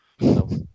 No